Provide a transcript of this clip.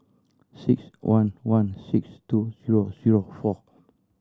six one one six two zero zero four